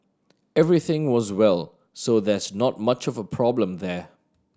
everything was well so there's not much of problem there